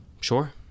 Sure